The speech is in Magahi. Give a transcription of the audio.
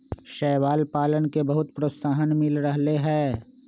शैवाल पालन के बहुत प्रोत्साहन मिल रहले है